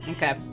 Okay